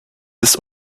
ist